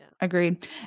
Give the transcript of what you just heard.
agreed